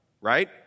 right